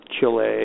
Chile